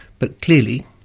but clearly,